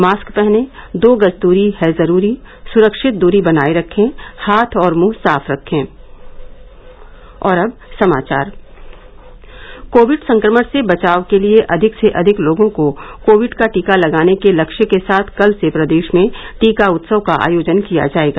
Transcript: mask पहनें दो गज दूरी है जरूरी सुरक्षित दूरी बनाये रखें हाथ और मुंह साफ रखें कोविड संक्रमण से बचाव के लिए अधिक से अधिक लोगों को कोविड का टीका लगाने के लक्ष्य के साथ कल से प्रदेश में टीका उत्सव का आयोजन किया जाएगा